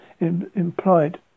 implied